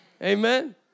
Amen